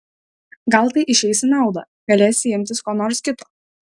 gal tai išeis į naudą galėsi imtis ko nors kito